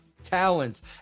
Talents